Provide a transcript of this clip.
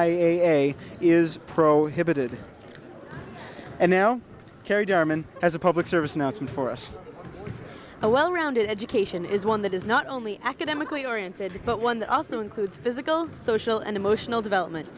i a is prohibited and now carry darman as a public service announcement for us a well rounded education is one that is not only academically oriented but one also includes physical social and emotional development